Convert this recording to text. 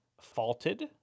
faulted